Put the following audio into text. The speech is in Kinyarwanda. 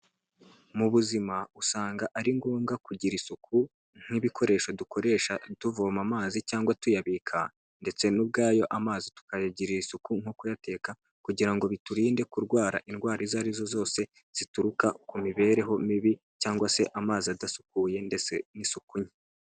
Mu buzima usanga ari ngombwa kugira isuku nk'ibikoresho dukoresha tuvoma amazi cyangwa tuyabika ndetse n'ubwayo amazi tukayagirira isuku nko kuyateka kugira ngo biturinde kurwara indwara izo ari zo zose, zituruka ku mibereho mibi cyangwa se amazi adasukuye ndetse n'isuku nke.